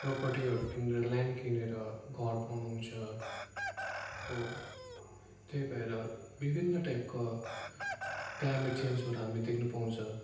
प्रपर्टीहरू किनेर ल्यान्ड किनेर घर बनाउँछ हो त्यही भएर विभिन्न टाइपको क्लाइमेट चेन्जहरू हामी देख्न पाउँछ